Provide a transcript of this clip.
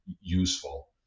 useful